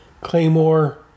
Claymore